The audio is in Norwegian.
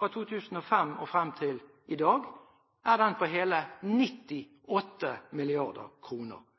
Fra 2005 frem til i dag er den på hele